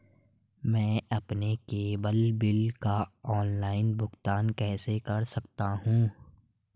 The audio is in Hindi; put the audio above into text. मैं अपने केबल बिल का ऑनलाइन भुगतान कैसे कर सकता हूं?